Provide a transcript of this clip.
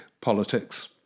politics